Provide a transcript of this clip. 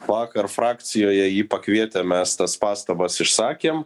vakar frakcijoje jį pakvietę mes tas pastabas išsakėm